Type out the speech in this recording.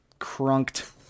crunked